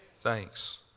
Thanks